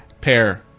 Pair